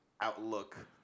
outlook